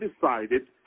decided